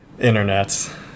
internet